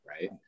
right